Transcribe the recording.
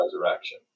resurrection